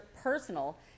personal